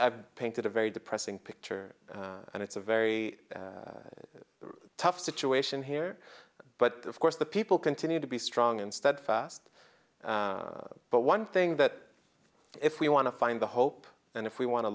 painted a very depressing picture and it's a very tough situation here but of course the people continue to be strong and steadfast but one thing that if we want to find the hope and if we want to